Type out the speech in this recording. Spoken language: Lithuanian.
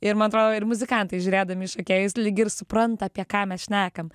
ir man atro ir muzikantai žiūrėdami į šokėjus lyg ir supranta apie ką mes šnekam